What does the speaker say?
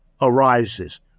arises